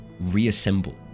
reassemble